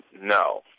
no